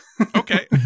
Okay